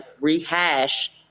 rehash